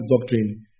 doctrine